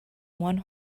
one